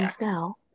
now